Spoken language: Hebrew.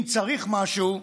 אם צריך משהו,